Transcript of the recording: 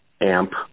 amp